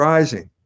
Rising